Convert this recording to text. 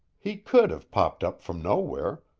he could have popped up from nowhere,